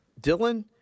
Dylan